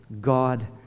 God